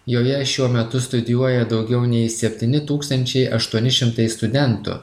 joje šiuo metu studijuoja daugiau nei septyni tūkstančiai aštuoni šimtai studentų